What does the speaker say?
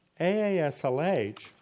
AASLH